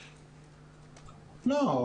לא,